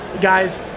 guys